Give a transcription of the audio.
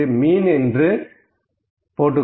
இங்கு மீன் என்று போடுகிறேன்